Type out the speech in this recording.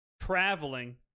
traveling